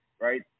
right